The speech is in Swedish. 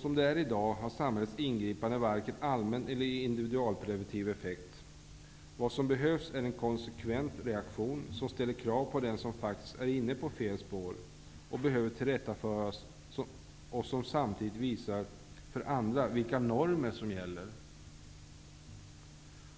Som det är i dag har samhällets ingripande varken allmän eller individualpreventiv effekt. Vad som behövs är en konsekvent reaktion som ställer krav på den som faktiskt är inne på fel spår och behöver tillrättaföras och som samtidigt visar för andra vilka normer som gäller.